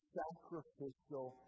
sacrificial